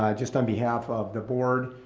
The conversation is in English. ah just on behalf of the board,